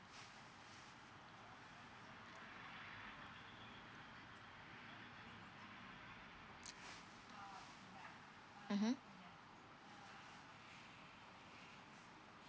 mmhmm